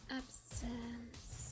absence